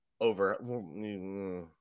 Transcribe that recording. over